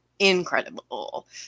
incredible